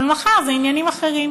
אבל מחר זה עניינים אחרים